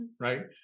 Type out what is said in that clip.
right